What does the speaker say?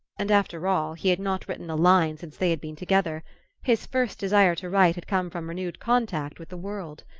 and, after all, he had not written a line since they had been together his first desire to write had come from renewed contact with the world!